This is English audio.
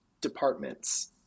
departments